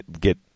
get